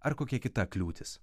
ar kokia kita kliūtis